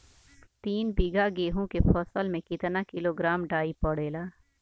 तीन बिघा गेहूँ के फसल मे कितना किलोग्राम डाई पड़ेला?